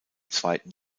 zweiten